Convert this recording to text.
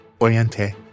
Oriente